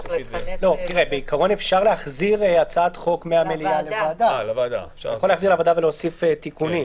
בעיקרון אפשר להחזיר הצעת חוק מהמליאה לוועדה ולהוסיף תיקונים.